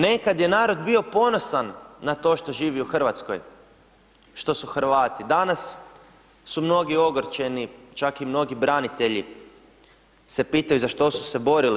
Nekad je narod bio ponosan na to što živi u Hrvatskoj, što su Hrvati, danas su mnogi ogorčeni, čak i mnogi branitelji se pitaju za što su se borili.